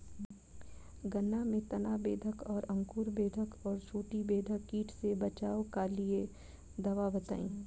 गन्ना में तना बेधक और अंकुर बेधक और चोटी बेधक कीट से बचाव कालिए दवा बताई?